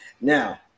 Now